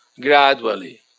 gradually